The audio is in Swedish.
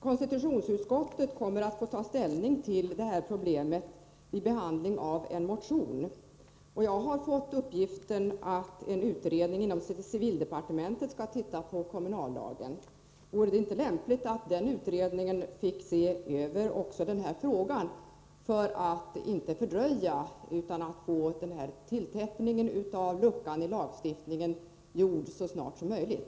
Konstitutionsutskottet kommer att få ta ställning till det här problemet vid behandlingen av en motion. Jag har fått uppgiften att en utredning inom civildepartementet skall se över kommunallagen. Vore det inte lämpligt att den utredningen fick se över också den här frågan för att den inte skall fördröjas utan att vi får en tilltäppning av denna lucka i lagstiftningen så snart som möjligt?